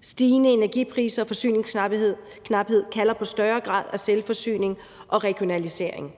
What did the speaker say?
Stigende energipriser og forsyningsknaphed kalder på en større grad af selvforsyning og regionalisering.